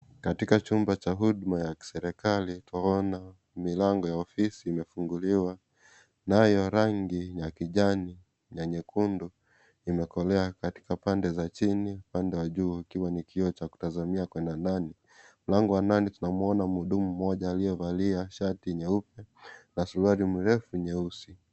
Katika chumba cha huduma ya kiserikali tunaona milango ya ofisi imefunguliwa nayo rangi ya kijani na nyekundu imekolea katika pande za chini upande wa juu ukiwa ni kioo cha kutazamia kwenda ndani . Mlango wa ndani tunamwona mhudumu mmoja aliyevalia shati nyeupe na suruali mrefu nyeusi.